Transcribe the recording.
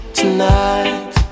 tonight